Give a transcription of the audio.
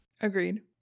agreed